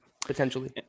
potentially